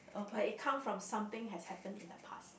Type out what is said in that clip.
but it come from something has happen in the past